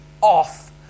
off